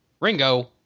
Ringo